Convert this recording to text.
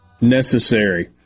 necessary